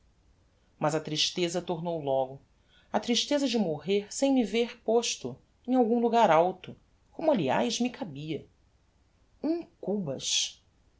mas a tristeza tornou logo a tristeza de morrer sem me ver posto em algum logar alto como aliás me cabia um cubas